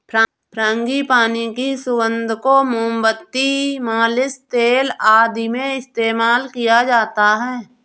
frangipani की सुगंध को मोमबत्ती, मालिश तेल आदि में इस्तेमाल किया जाता है